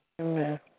Amen